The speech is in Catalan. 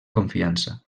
confiança